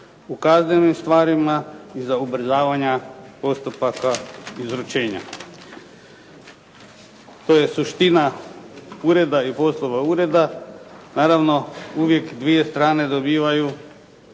u kaznenim stvarima i za ubrzavanja postupaka izručenja. To je suština ureda i poslova ureda. Naravno, uvijek 2 strane dobivaju,